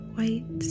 White